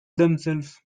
themselves